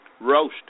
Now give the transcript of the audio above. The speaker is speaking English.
roast